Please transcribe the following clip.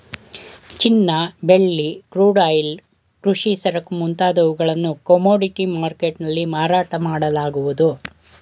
ಚಿನ್ನ, ಬೆಳ್ಳಿ, crude oil, ಕೃಷಿ ಸರಕು ಮುಂತಾದವುಗಳನ್ನು ಕಮೋಡಿಟಿ ಮರ್ಕೆಟ್ ನಲ್ಲಿ ಮಾರಾಟ ಮಾಡಲಾಗುವುದು